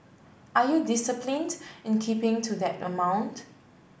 are you disciplined in keeping to that amount